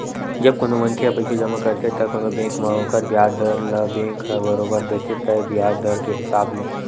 जब कोनो मनखे ह पइसा जमा करथे त कोनो बेंक म ओखर बियाज दर ल बेंक ह बरोबर देथे तय बियाज दर के हिसाब ले